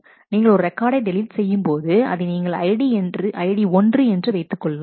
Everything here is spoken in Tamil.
நீங்கள் ஒரு ரெக்கார்டை டெலீட் செய்யும்போது அதை நீங்கள் ID ஒன்று என்று வைத்துக் கொள்ளலாம்